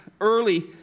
early